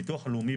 ביטוח לאומי,